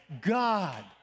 God